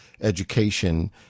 education